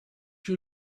you